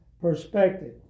perspective